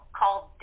called